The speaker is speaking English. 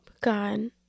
God